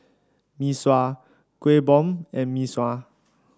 Mee Sua Kuih Bom and Mee Sua